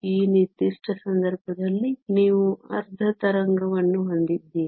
ಈ ನಿರ್ದಿಷ್ಟ ಸಂದರ್ಭದಲ್ಲಿ ನೀವು ಅರ್ಧ ತರಂಗವನ್ನು ಹೊಂದಿದ್ದೀರಿ